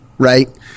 right